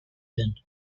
zen